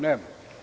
Nema.